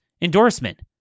endorsement